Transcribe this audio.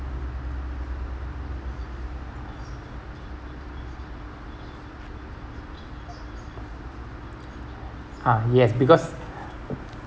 ah yes because